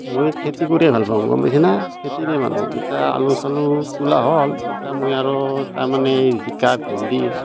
মই খেতি কৰি ভাল পাওঁ গম পাইছা না খেতিৰে মানুহ এতিয়া আলু চালু তোলা হ'ল এতিয়া মই আৰু তাৰমানে জিকা ভেন্দি